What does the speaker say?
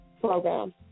program